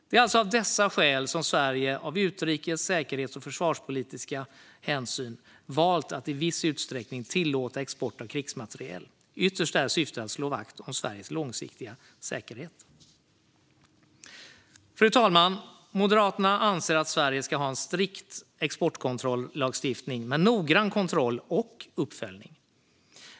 Det är alltså av dessa skäl som Sverige av utrikes-, säkerhets och försvarspolitiska hänsyn har valt att i viss utsträckning tillåta export av krigsmateriel. Ytterst är syftet att slå vakt om Sveriges långsiktiga säkerhet. Fru talman! Moderaterna anser att Sverige ska ha en strikt exportkontrollagstiftning med noggrann kontroll och uppföljning.